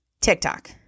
TikTok